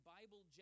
Bible